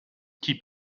keep